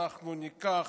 אנחנו ניקח,